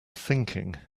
thinking